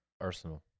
Arsenal